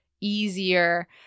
easier